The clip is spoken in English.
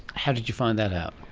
how did you find that out?